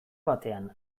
batean